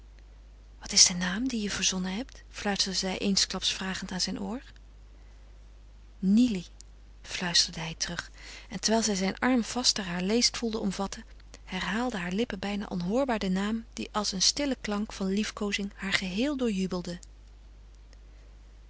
wat is de naam dien je verzonnen hebt fluisterde zij eensklaps vragend aan zijn oor nily fluisterde hij terug en terwijl zij zijn arm vaster haar leest voelde omvatten herhaalden haar lippen bijna onhoorbaar den naam die als een stille klank van liefkoozing haar geheel doorjubelde